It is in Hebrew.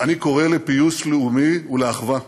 אני קורא לפיוס לאומי ולאחווה.